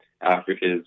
Africa's